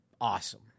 awesome